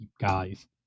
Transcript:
guys